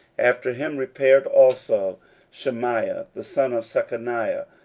after him repaired also shemaiah the son of shechaniah,